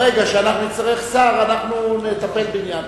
ברגע שנצטרך שר, אנחנו נטפל בעניין.